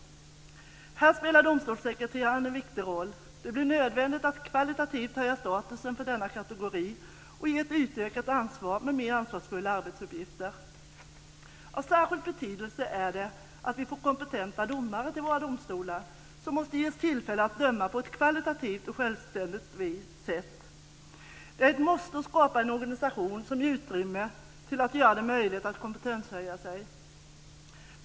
Här spelar domstolssekreterarna en viktig roll. Det blir nödvändigt att kvalitativt höja statusen för denna kategori och ge ett utökat ansvar med mer ansvarsfulla arbetsuppgifter. Av särskild betydelse är det att vi får kompetenta domare till våra domstolar. De måste ges tillfälle att döma på ett kvalitativt och självständigt sätt. Det är ett måste att skapa en organisation som ger utrymme för kompetenshöjning.